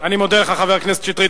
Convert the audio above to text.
אני מודה לך, חבר הכנסת שטרית.